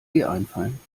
einfallen